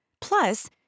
Plus